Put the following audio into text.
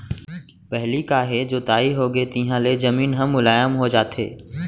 पहिली काहे जोताई होगे तिहाँ ले जमीन ह मुलायम हो जाथे